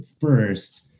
first